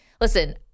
listen